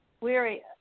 Weary